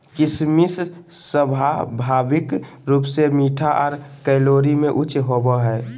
किशमिश स्वाभाविक रूप से मीठा आर कैलोरी में उच्च होवो हय